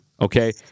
okay